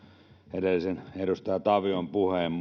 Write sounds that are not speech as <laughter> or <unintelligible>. edellisen edustaja tavion puheesta <unintelligible>